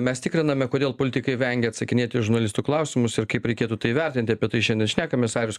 mes tikriname kodėl politikai vengia atsakinėt į žurnalistų klausimus ir kaip reikėtų tai vertinti apie tai šiandien šnekamės arijus